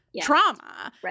trauma